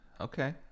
okay